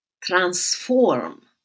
transform